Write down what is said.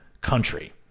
country